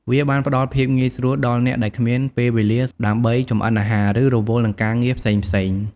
វាបានផ្ដល់ភាពងាយស្រួលដល់អ្នកដែលគ្មានពេលវេលាដើម្បីចម្អិនអាហារ ឬរវល់នឹងការងារផ្សេងៗ។